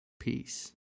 peace